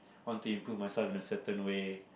want to improve myself in a certain way